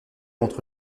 entre